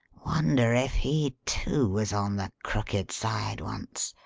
wonder if he, too, was on the crooked side once,